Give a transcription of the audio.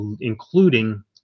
including